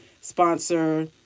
sponsor